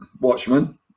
Watchmen